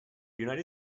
united